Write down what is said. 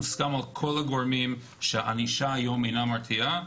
מוסכם על כל הגורמים שהענישה היום אינה מרתיעה.